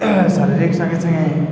ଶାରୀରିକ ସାଙ୍ଗେ ସାଙ୍ଗେ